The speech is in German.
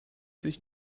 sich